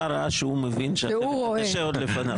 ראה שהוא מבין שהחלק הקשה עוד לפניו.